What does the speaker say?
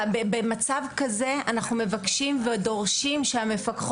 במצב כזה אנחנו מבקשים ודורשים מהמפקחות